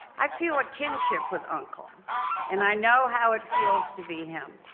i feel a kinship with uncle and i know how it feels to be him.